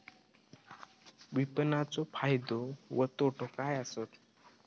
विपणाचो फायदो व तोटो काय आसत?